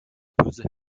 böse